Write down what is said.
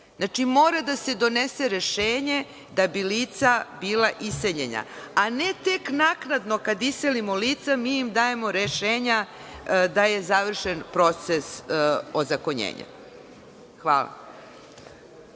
Znači, mora da se donese rešenje da bi lica bila iseljena, a ne tek naknadno kad iselimo lica mi im dajemo rešenja da je završen proces ozakonjenja. Hvala.